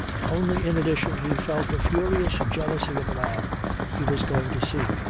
only in addition he felt a furious jealousy of the man he was going to see.